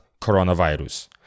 coronavirus